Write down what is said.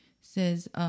says